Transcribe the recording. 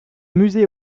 musée